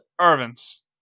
Irvin's